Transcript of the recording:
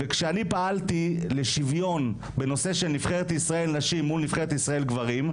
וכשאני פעלתי לשוויון בנושא של נבחרת ישראל נשים מול נבחרת ישראל גברים,